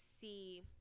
see